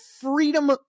freedom